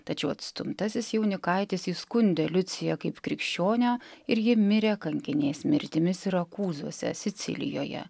tačiau atstumtasis jaunikaitis įskundė liuciją kaip krikščionę ir ji mirė kankinės mirtimi sirakūzuose sicilijoje